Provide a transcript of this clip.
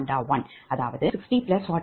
59